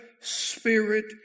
Spirit